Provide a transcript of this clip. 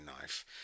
knife